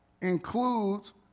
includes